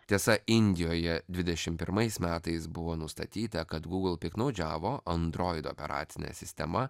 tiesa indijoje dvidešim pirmais metais buvo nustatyta kad google piktnaudžiavo android operacine sistema